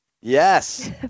Yes